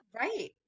Right